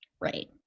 right